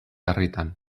herritan